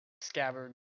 scabbard